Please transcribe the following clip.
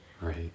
Right